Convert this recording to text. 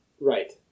Right